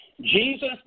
Jesus